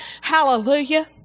Hallelujah